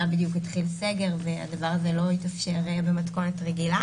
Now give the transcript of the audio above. בדיוק התחיל סגר והדבר הזה לא התאפשר במתכונת רגילה